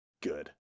good